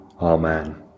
Amen